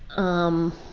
um.